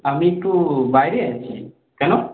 আমি একটু বাইরে আছি কেন